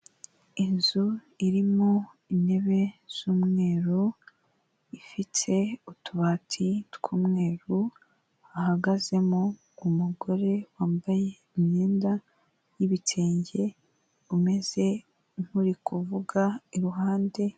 Inzu irimo intebe z'umweru ifite utubati tw'umweru, hahagazemo umugore wambaye imyenda y'ibitenge umeze nk'uri kuvuga iruhande.